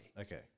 Okay